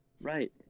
Right